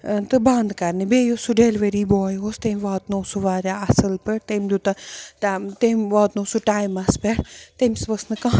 تہٕ بَنٛد کَرنہِ بیٚیہِ یُس سُہ ڈیٚلؤری باے اوس تٔمۍ واتنو سُہ واریاہ اَصٕل پٲٹھۍ تٔمۍ دیُت تہ تٔمۍ واتنو سُہ ٹایمَس پٮ۪ٹھ تٔمِس ؤژھ نہٕ کانٛہہ